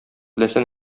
теләсә